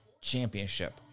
Championship